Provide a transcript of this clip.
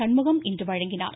சண்முகம் இன்று வழங்கினார்